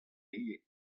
ivez